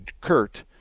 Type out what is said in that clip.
Kurt